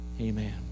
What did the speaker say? amen